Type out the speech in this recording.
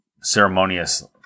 ceremonious